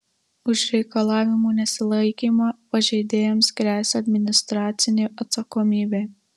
už reikalavimų nesilaikymą pažeidėjams gresia administracinė atsakomybė